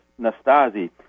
Nastasi